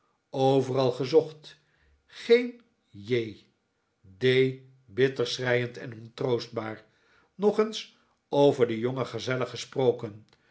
overal gezocht geen j d bitter schreiend en ontroostbaar nog eens over de jonge gazelle gesproken